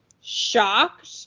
shocked